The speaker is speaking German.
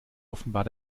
offenbar